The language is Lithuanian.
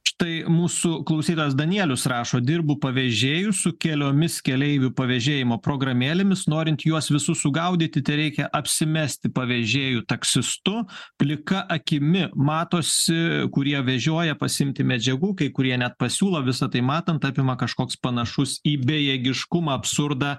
štai mūsų klausytojas danielius rašo dirbu pavėžėju su keliomis keleivių pavėžėjimo programėlėmis norint juos visus sugaudyti tereikia apsimesti pavėžėju taksistu plika akimi matosi kurie vežioja pasiimti medžiagų kai kurie net pasiūlo visą tai matant apima kažkoks panašus į bejėgiškumą absurdą